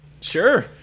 Sure